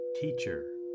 teacher